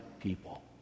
people